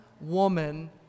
woman